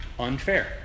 unfair